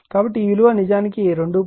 కాబట్టి ఈ విలువ నిజానికి 2